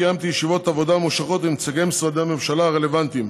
קיימתי ישיבות עבודה ממושכות עם נציגי משרדי הממשלה הרלוונטיים